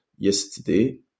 yesterday